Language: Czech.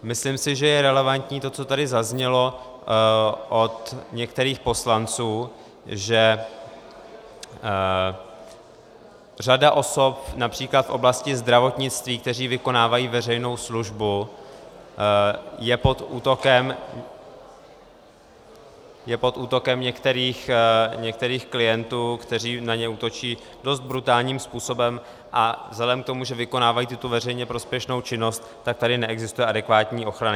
Myslím si, že je relevantní to, co tady zaznělo od některých poslanců, že řada osob například v oblasti zdravotnictví, které vykonávají veřejnou službu, je pod útokem některých klientů, kteří na ně útočí dost brutálním způsobem, a vzhledem k tomu, že vykonávají tuto veřejně prospěšnou činnost, tak tady neexistuje adekvátní ochrana.